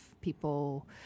people